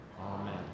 Amen